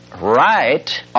right